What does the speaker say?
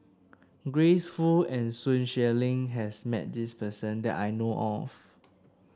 Grace Fu and Sun Xueling has met this person that I know of